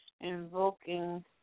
invoking